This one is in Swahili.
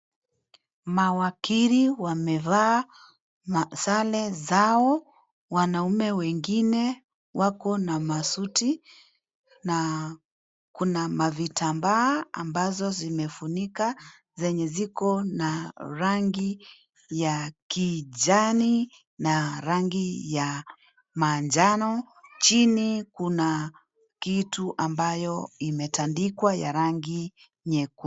Mawakili wamevaa masare zao wanaume wengine wako na masuti na kuna mavitambaa ambazo zimefunika zenye ziko na rangi ya kijani na rangi ya manjano. Chini kuna kitu ambayo imetandikwa ya rangi nyekundu.